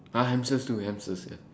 ah hamsters too hamsters ya